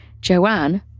Joanne